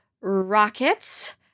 Rockets